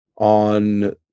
on